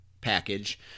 package